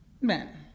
men